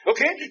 Okay